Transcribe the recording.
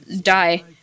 die